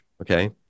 okay